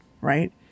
right